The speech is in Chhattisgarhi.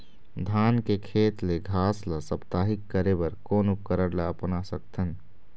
धान के खेत ले घास ला साप्ताहिक करे बर कोन उपकरण ला अपना सकथन?